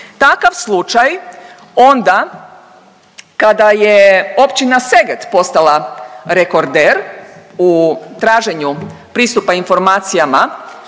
takav slučaj onda kada je općina Seget postala rekorder u traženju pristupa informacijama